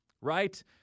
right